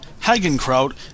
Hagenkraut